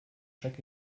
check